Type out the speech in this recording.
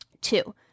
two